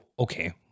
okay